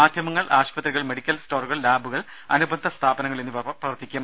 മാധ്യമങ്ങൾ ആശുപത്രികൾ മെഡിക്കൽ സ്റ്റോറുകൾ ലാബുകൾ അനുബന്ധ സ്ഥാപനങ്ങൾ എന്നിവ പ്രവർത്തിക്കും